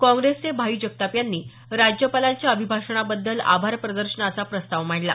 काँग्रेसचे भाई जगताप यांनी राज्यपालांच्या अभिभाषणाबद्दल आभार प्रदर्शनाचा प्रस्ताव मांडला